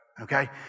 Okay